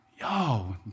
yo